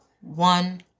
one